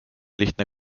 lihtne